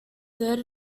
third